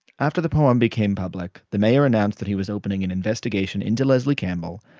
after the poem became public, the mayor announced that he was opening an investigation into leslie campbell,